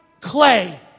clay